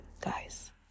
guys